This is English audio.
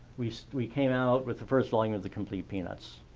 we we came out with the first volume of the complete peanuts.